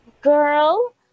Girl